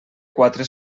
quatre